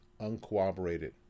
uncooperated